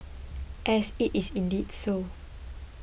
and it is indeed so